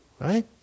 right